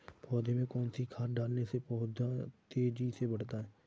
पौधे में कौन सी खाद डालने से पौधा तेजी से बढ़ता है?